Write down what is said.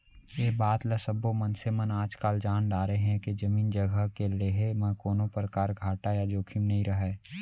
ए बात ल सब्बो मनसे मन आजकाल जान डारे हें के जमीन जघा के लेहे म कोनों परकार घाटा या जोखिम नइ रहय